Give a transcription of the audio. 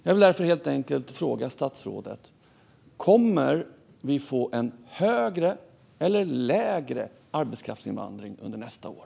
Jag vill därför helt enkelt fråga statsrådet: Kommer vi att få en högre eller en lägre arbetskraftsinvandring under nästa år?